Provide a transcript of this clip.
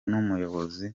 n’umuyobozi